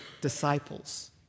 disciples